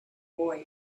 boy